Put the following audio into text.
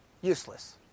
useless